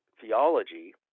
theology